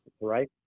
right